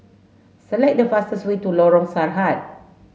select the fastest way to Lorong Sahad